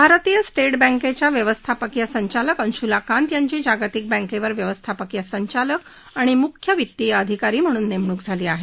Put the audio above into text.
भारतीय स्टेट बँकेच्या व्यवस्थापकीय संचालक अंशुला कांत यांची जागतिक बँकेवर व्यवस्थापकीय संचालक आणि मुख्य वित्तीय अधिकारी म्हणून नेमणूक झाली आहे